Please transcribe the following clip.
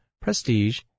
prestige